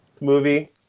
movie